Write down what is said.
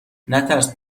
نترس